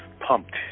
pumped